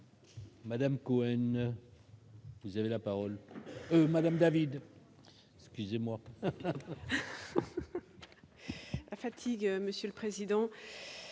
Madame Cohen. Vous avez la parole Madame David excusez-moi. La fatigue, monsieur le président,